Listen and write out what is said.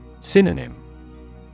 Synonym